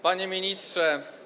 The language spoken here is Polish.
Panie Ministrze!